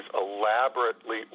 elaborately